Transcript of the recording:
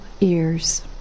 ears